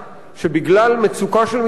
שבגלל מצוקה של מתמחים,